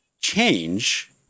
change